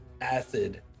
acid